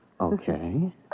Okay